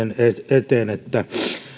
eteen että